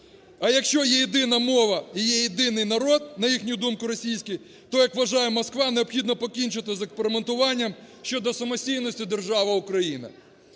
А якщо є єдина мова і є єдиний народ, на їхню думку російський, то, як вважає Москва, необхідно покінчити з експериментуванням щодо самостійності держави Україна.